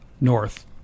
north